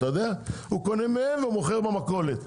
הוא קונה מהם ומוכר במכולת,